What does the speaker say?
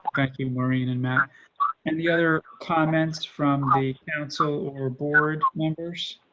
thank you. maureen and matt ah and the other comments from my counsel or board members.